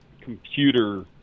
computer